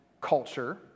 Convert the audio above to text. culture